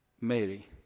Mary